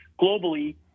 globally